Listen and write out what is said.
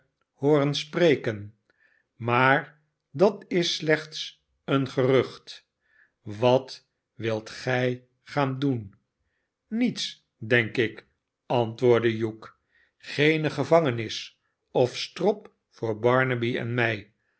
hooren spreken maar dat is slechts een gerucht wat wilt gij gaan doen niets denk ik antwoordde hugh sgeene gevangenis of strop voor barnaby en mij